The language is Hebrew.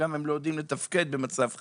הם גם לא יודעים לתפקד במצב חירום.